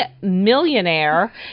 millionaire